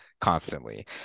constantly